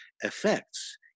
effects